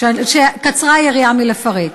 שקצרה היריעה מלפרט.